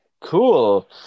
cool